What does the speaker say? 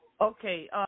Okay